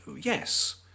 Yes